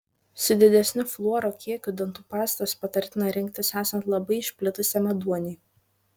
su didesniu fluoro kiekiu dantų pastas patartina rinktis esant labai išplitusiam ėduoniui